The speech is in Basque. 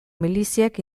miliziek